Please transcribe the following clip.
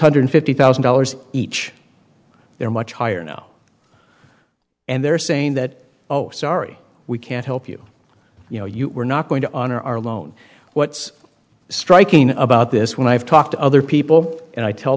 hundred fifty thousand dollars each they're much higher now and they're saying that oh sorry we can't help you you know you're not going to honor our loan what's striking about this when i've talked to other people and i tell